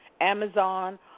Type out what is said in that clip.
Amazon